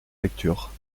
lecture